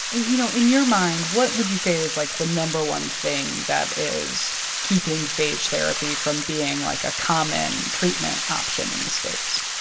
and you know, in your mind, what would you say is, like, the no. one thing that is keeping phage therapy from being, like, a common treatment option in the states?